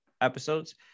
episodes